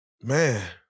Man